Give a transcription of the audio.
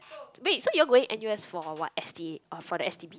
wait so you all going N_U_S for what S_T_A or for the S_T_B